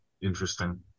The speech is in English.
interesting